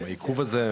גם העיכוב הזה,